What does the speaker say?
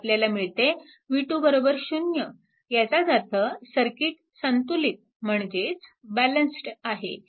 आपल्याला मिळते v2 0 याचाच अर्थ सर्किट संतुलित म्हणजेच बॅलन्स्ड आहे